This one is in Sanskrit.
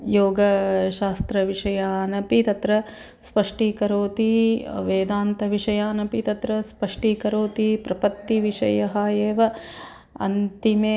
योगशास्त्रविषयानपि तत्र स्पष्टीकरोति वेदान्तविषयानपि तत्र स्पष्टीकरोति प्रकृतिविषयः एव अन्तिमे